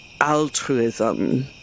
altruism